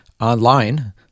online